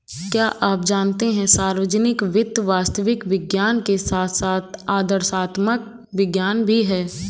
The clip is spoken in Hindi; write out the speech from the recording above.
क्या आप जानते है सार्वजनिक वित्त वास्तविक विज्ञान के साथ साथ आदर्शात्मक विज्ञान भी है?